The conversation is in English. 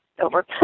over